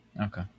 Okay